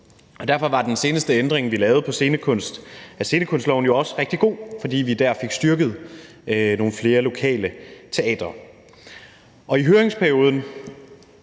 Derfor var den seneste ændring, vi lavede, af scenekunstloven også rigtig god, fordi vi der fik styrket nogle flere lokale teatre. I høringsperioden